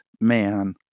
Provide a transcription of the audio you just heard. Man